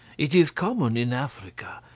it is common in africa,